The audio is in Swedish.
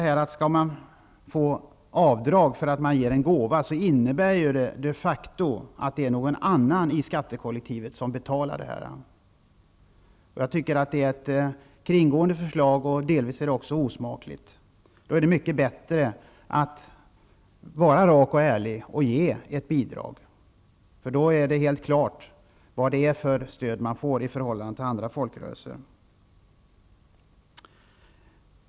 Om man får avdrag för att man ger en gåva, innebär det de facto att någon annan i skattekollektivet får betala detta. Det är ett kringgående och delvis osmakligt förslag. Det är mycket bättre att rakt och ärligt ge ett bidrag. Då är det helt klart vilket stöd som ges i förhållande till andra folkrörelser.